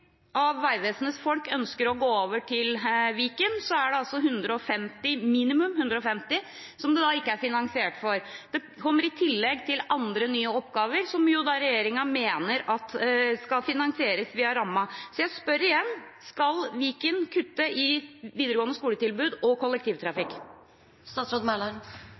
av Vegvesenets folk ønsker å gå over til Viken, er det minimum 150 som det da ikke er finansiering for. Det kommer i tillegg til andre nye oppgaver som regjeringen mener skal finansieres via rammen. Jeg spør igjen: Skal Viken kutte i det videregående skoletilbudet og